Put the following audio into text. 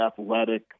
athletic